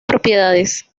propiedades